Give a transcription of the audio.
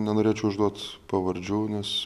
nenorėčiau išduot pavardžių nes